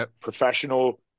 professional